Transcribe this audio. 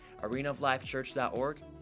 arenaoflifechurch.org